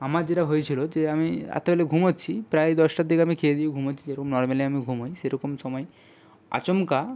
আমার যেটা হয়েছিলো যে আমি রাত্তেবেলা ঘুমোচ্ছি প্রায় দশটার দিকে আমি খেয়ে দেয়ে ঘুমোচ্ছি নরমালি আমি ঘুমোই সেরকম সময় আচমকা